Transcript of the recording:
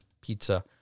pizza